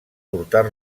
portar